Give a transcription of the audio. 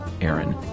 Aaron